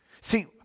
See